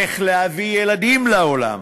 איך להביא ילדים לעולם,